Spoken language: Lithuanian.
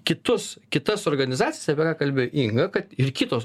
kitus kitas organizacijas apie ką kalbėjo inga kad ir kitos